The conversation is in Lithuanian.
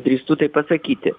drįstu tai pasakyti